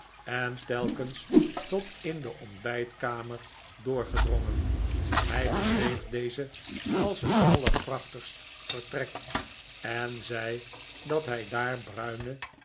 en telkens tot in de ontbijtkamer doorgedrongen hij beschreef deze als een allerprachtigst vertrek en zei dat hij daar bruinen